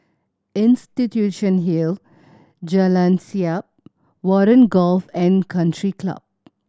Institution Hill Jalan Siap Warren Golf And Country Club